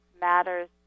matters